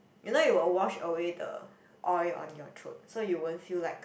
you know it will wash away the oil on your throat so you won't feel like